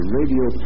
radio